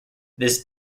this